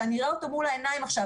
שאני אראה אותו מול העיניים עכשיו,